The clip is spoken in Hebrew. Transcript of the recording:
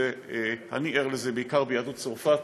אני ער לזה בעיקר ביהדות צרפת.